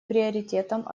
приоритетом